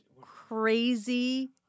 crazy